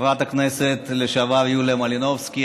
חברת הכנסת לשעבר יוליה מלינובסקי,